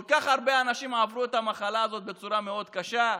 כל כך הרבה אנשים עברו את המחלה הזו בצורה מאוד קשה.